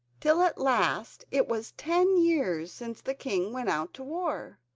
till at last it was ten years since the king went out to war.